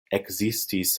ekzistis